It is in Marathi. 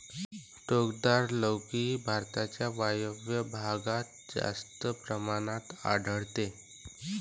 टोकदार लौकी भारताच्या वायव्य भागात जास्त प्रमाणात आढळते